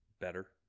better